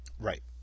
Right